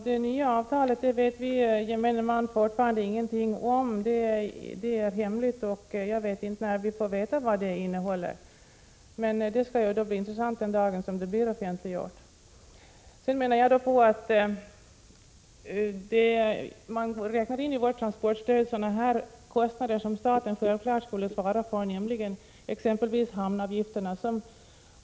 Herr talman! Gemene man vet fortfarande inget om det nya avtalet. Det är hemligt, och jag vet inte när vi får veta vad det innehåller. Men det skall bli intressant att få reda på det när det offentliggörs. I vårt transportstöd räknar man in sådana kostnader som staten självfallet skall svara för, exempelvis hamnavgifterna.